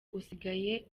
usigaye